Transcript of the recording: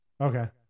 Okay